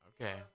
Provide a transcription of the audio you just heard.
Okay